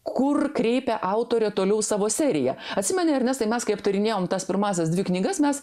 kur kreipia autorė toliau savo seriją atsimeni ernestai mes kai aptarinėjom tas pirmąsias dvi knygas mes